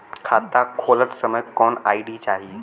खाता खोलत समय कौन आई.डी चाही?